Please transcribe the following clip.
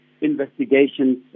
Investigations